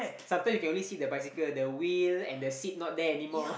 sometimes you can only see the bicycle the wheel and the seat not there anymore